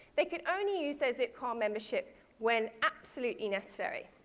they could only use their zipcar membership when absolutely necessary.